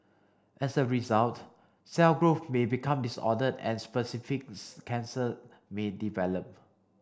as a result cell growth may become disordered and specific cancer may develop